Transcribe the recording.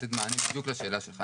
לתת מענה בדיוק לשאלה שלך.